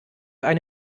eine